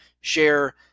share